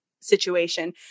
situation